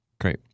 Great